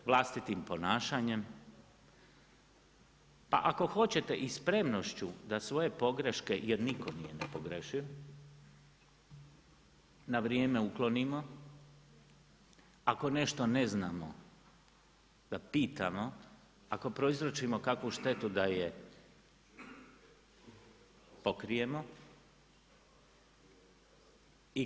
Vlastitim ponašanjem, pa ako hoćete i spremnošću da svoje podrške, jer nitko nije nepogrešiv, na vrijeme uklonimo, ako nešto ne znamo, da pitamo, ako prouzročimo kakvu štetu da je pokrijemo.